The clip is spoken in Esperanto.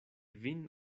vin